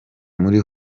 muri